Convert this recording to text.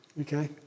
Okay